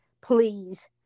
please